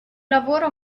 lavoro